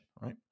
right